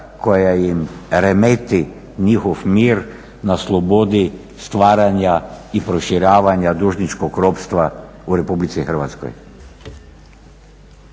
koja im remeti njihov mir na slobodi stvaranja i proširivanja dužničkog ropstva u RH? **Leko,